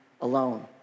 alone